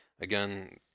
Again